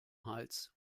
hals